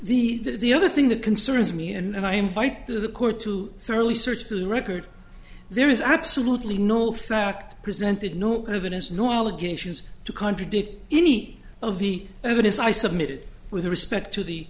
now the the other thing that concerns me and i invite to the court to thoroughly searched the record there is absolutely no fact presented no evidence no allegations to contradict any of the evidence i submitted with respect to the